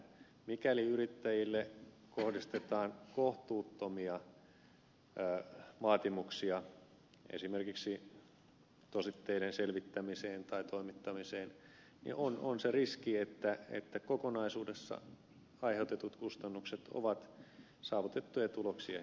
mikäli yrittäjille kohdistetaan kohtuuttomia vaatimuksia esimerkiksi tositteiden selvittämiseen tai toimittamiseen on se riski että kokonaisuudessa aiheutetut kustannukset ovat saavutettuja tuloksia heikompia